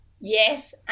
Yes